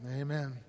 amen